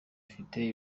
ifite